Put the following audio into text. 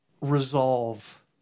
resolve